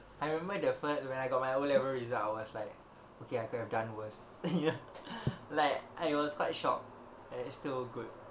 I remember the first when I got my O level result I was like okay I could have done worse you know like I was quite shocked that it's still good